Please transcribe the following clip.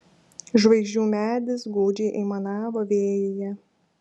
žvaigždžių medis gūdžiai aimanavo vėjyje